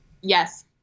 Yes